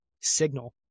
signal